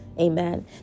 amen